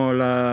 la